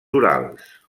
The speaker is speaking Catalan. urals